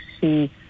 see